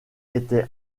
était